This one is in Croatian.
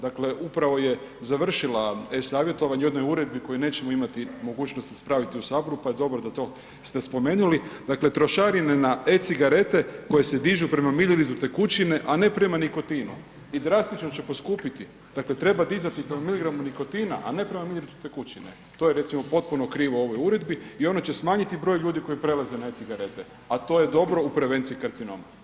Dakle, upravo je završila e-savjetovanje o jednoj uredbi koju nećemo imati mogućnosti ispraviti u Saboru pa je dobro da to ste spomenuli, dakle trošarine na e-cigarete koje se dižu prema ... tekućine a ne prema nikotinu i drastično će poskupiti, dakle treba dizati po miligramu nikotina a ne prema mjeri tekućine, to je recimo potpuno krivo u ovoj uredbi i ono će smanjiti broji ljudi koji prelaze na e-cigarete a to je dobro u prevenciji karcinoma.